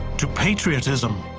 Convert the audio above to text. to patriotism.